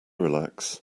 relax